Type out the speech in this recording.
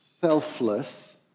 selfless